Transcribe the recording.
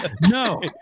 No